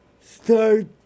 start